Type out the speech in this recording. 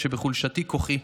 שבחולשתי כוחי.